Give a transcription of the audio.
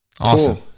Awesome